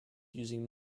using